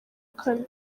kane